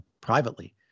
privately